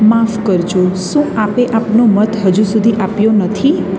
માફ કરજો શું આપે આપનો મત હજુ સુધી આપ્યો નથી